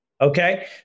Okay